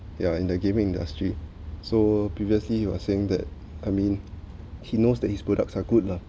yeah in the gaming industry so previously you were saying that I mean he knows that his products are good lah